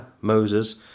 Moses